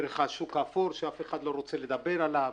דרך השוק האפור שאף אחד לא רוצה לדבר עליו,